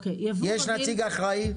יש נציג אחראי?